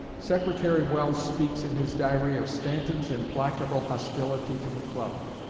secretary welles speaks, in his diary, of stanton's implacable hostility to mcclellan,